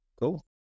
Cool